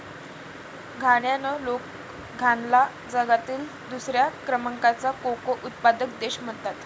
घानायन लोक घानाला जगातील दुसऱ्या क्रमांकाचा कोको उत्पादक देश म्हणतात